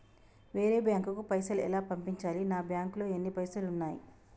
వేరే బ్యాంకుకు పైసలు ఎలా పంపించాలి? నా బ్యాంకులో ఎన్ని పైసలు ఉన్నాయి?